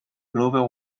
global